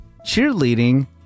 cheerleading